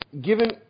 Given